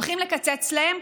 הולכים לקצץ להם,